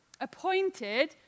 appointed